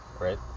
Right